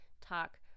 Talk